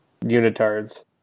unitards